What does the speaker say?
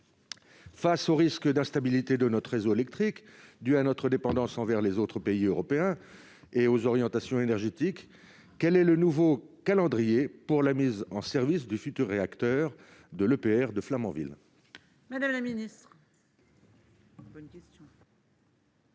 Face au risque d'instabilité de notre réseau électrique dû à notre dépendance envers les autres pays européens et à nos orientations énergétiques, quel est le nouveau calendrier pour la mise en service du futur réacteur de l'EPR de Flamanville ? La parole est